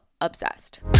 obsessed